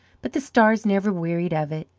but the stars never wearied of it.